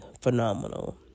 phenomenal